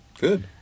good